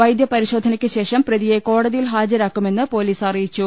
വൈദ്യ പരിശോധനയ്ക്കു ശേഷം പ്രതിയെ കോടതിയിൽ ഹാജരാക്കുമെന്ന് പൊലീസ് അറിയിച്ചു